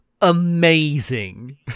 amazing